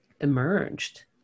emerged